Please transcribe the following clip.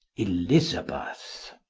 elizabeth